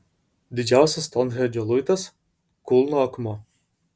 didžiausias stounhendžo luitas kulno akmuo